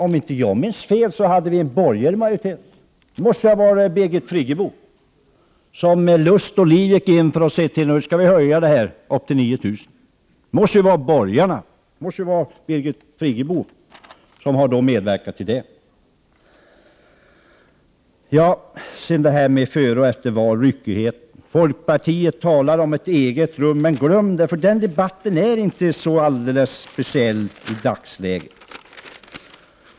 Om inte jag minns fel, fru talman, hade vi då borgerlig majoritet. Det måste ha varit Birgit Friggebo som med liv och lust gick in för att höja det här anslaget till 89 000 kr. Sedan till detta om vad som händer före och efter val och om ryckigheten. Folkpartiet talar om ett eget rum. Men glöm det, för den debatten är inte så aktuell i dagsläget.